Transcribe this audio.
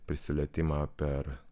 prisilietimą per